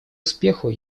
успеху